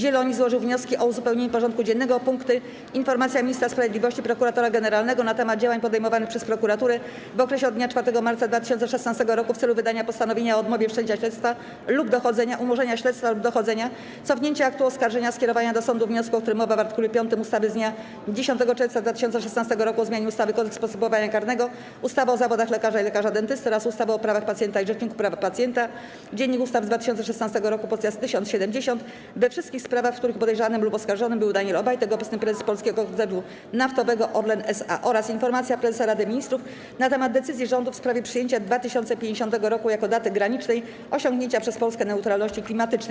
Zieloni złożył wnioski o uzupełnienie porządku dziennego o punkty: - Informacja Ministra Sprawiedliwości, Prokuratora Generalnego na temat działań podejmowanych przez prokuraturę w okresie od dnia 4 marca 2016 r. w celu wydania postanowienia o odmowie wszczęcia śledztwa lub dochodzenia; umorzenia śledztwa lub dochodzenia; cofnięcia aktu oskarżenia; skierowania do sądu wniosku, o którym mowa w art. 5 ustawy z dnia 10 czerwca 2016 r. o zmianie ustawy - Kodeks postępowania karnego, ustawy o zawodach lekarza i lekarza dentysty oraz ustawy o prawach pacjenta i Rzeczniku Praw Pacjenta (Dz.U. z 2016 r. poz. 1070) we wszystkich sprawach, w których podejrzanym lub oskarżonym był Daniel Obajtek - obecny Prezes Polskiego Koncernu Naftowego ORLEN S.A., - Informacja Prezesa Rady Ministrów na temat decyzji rządu w sprawie przyjęcia 2050 roku jako daty granicznej osiągnięcia przez Polskę neutralności klimatycznej.